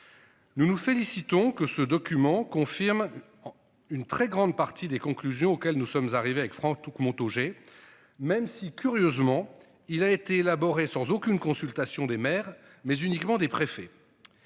Nous nous félicitons que ce document confirme. Une très grande partie des conclusions auxquelles nous sommes arrivés avec took Montaugé. Même si curieusement il a été élaborée sans aucune consultation des maires mais uniquement des préfets.